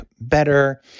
better